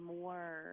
more